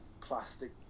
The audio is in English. plastic